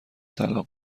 طلاق